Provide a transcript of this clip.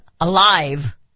alive